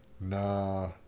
Nah